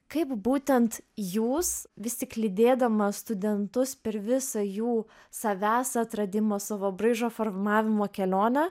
kaip būtent jūs vis tik lydėdama studentus per visą jų savęs atradimo savo braižo formavimo kelionę